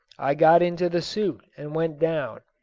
i got into the suit and went down,